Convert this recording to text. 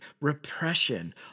repression